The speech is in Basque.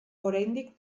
oraindik